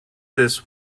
this